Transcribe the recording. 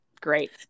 Great